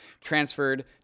transferred